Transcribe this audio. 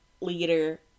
leader